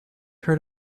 heard